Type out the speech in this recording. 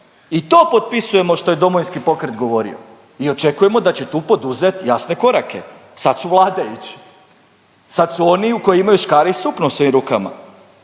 I to potpisujemo što je Domovinski pokret govorio i očekujemo da će tu poduzet jasne korake. Sad su vladajući, sad su oni koji imaju škare i sukno u svojim rukama.